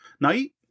night